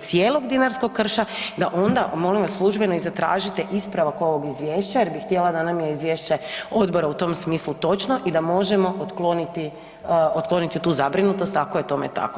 cijelog dinarskog krša da onda molim vas službeno i zatražite ispravak ovog izvješća jer bi htjela da nam je izvješće odbora u tom smislu točno i da možemo otkloniti, otkloniti tu zabrinutost ako je tome tako.